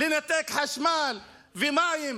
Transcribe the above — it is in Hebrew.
לנתק חשמל ומים.